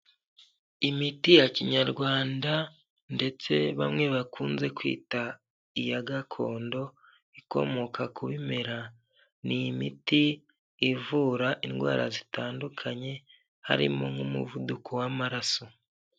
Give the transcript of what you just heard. Imiti ya kinyarwanda ndetse bamwe bakunze kwita iya gakondo ikomoka ku bimera n'imiti ivura indwara zitandukanye harimo nk'umuvuduko w'amaraso.